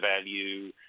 value